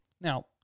Now